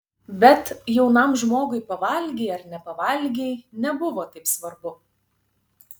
bet jaunam žmogui pavalgei ar nepavalgei nebuvo taip svarbu